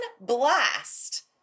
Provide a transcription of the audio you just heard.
blast